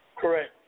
Correct